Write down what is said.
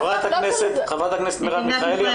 חברת הכנסת מרב מיכאלי.